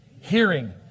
hearing